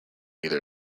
either